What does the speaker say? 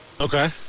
Okay